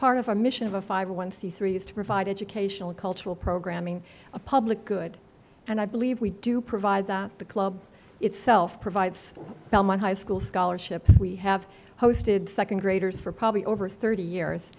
part of a mission of a five one c three is to provide educational cultural programming a public good and i believe we do provide that the club itself provides high school scholarships we have hosted second graders for probably over thirty years